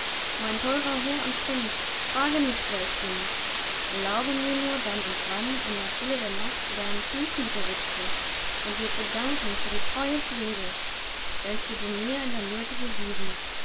mein teurer herr und prinz frage nicht wer ich bin erlaube mir nur dann und wann in der stille der nacht zu deinen füßen zu sitzen und dir zu danken für die treue pflege welche du mir in der myrte bewiesen